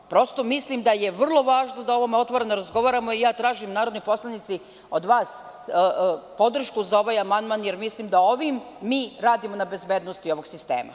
Mislim da je vrlo važno da o ovome otvoreno razgovaramo i ja tražim od vas, narodni poslanici, podršku za ovaj amandman, jer mislim da ovim mi radimo na bezbednosti ovog sistema.